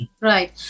Right